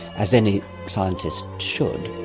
as any scientist should.